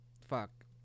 fuck